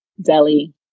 Delhi